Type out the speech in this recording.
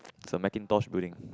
is a Macintosh building